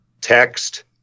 text